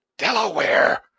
Delaware